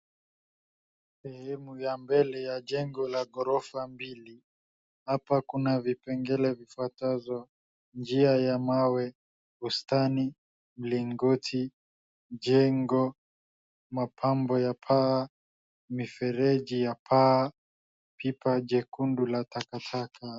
Sehemu ya mbele ya jengo la gorofa mbili. Hapa kuna vipengele vifuatavyo: njia ya mawe, bustani, mlingoti, jengo, mapambo ya paa, mifereji ya paa, pipa jekundu la takataka.